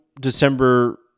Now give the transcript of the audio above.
December